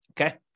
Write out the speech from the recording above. Okay